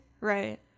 Right